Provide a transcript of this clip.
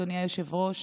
אדוני היושב-ראש,